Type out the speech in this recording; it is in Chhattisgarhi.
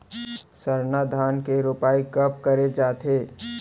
सरना धान के रोपाई कब करे जाथे?